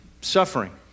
suffering